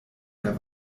der